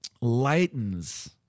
lightens